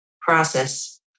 process